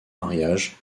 mariage